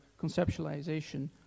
conceptualization